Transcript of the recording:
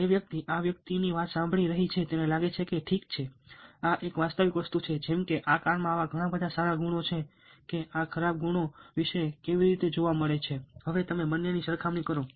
જે વ્યક્તિ આ વ્યક્તિની વાત સાંભળી રહી છે તેને લાગે છે કે ઠીક છે આ એક વાસ્તવિક વસ્તુ છે જેમકે આ કારમાં આવા ઘણા સારા ગુણો છે કે આ ખરાબ ગુણો વિશે કેવી રીતે જોવા મળે છે હવે તમે બંનેની સરખામણી કરો